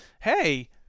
hey